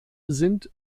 sind